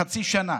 חצי שנה,